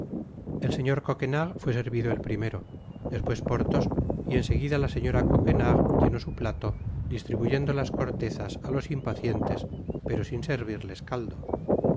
el señor coquenard fué servido el primero despues porthos y en seguida la señora coquenard llenó su plato distribuyendo las cortezas á los impacientes pero sin servirles caldo